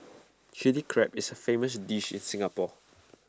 Chilli Crab is A famous dish in Singapore